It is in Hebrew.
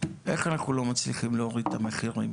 איך אנחנו לא מצליחים להוריד את המחירים